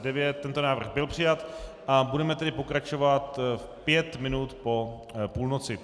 Tento návrh byl přijat a budeme tedy pokračovat pět minut po půlnoci.